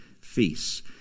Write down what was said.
Feasts